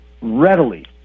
readily